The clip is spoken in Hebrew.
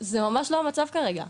זה ממש לא המצב כרגע.